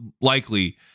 likely